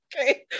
okay